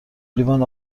لیوان